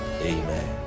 Amen